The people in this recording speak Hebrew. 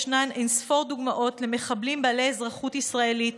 ישנן אין-ספור דוגמאות למחבלים בעלי אזרחות ישראלית